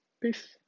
Peace